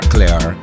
Clear